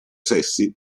sessi